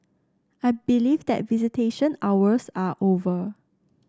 I believe that visitation hours are over